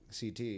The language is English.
CT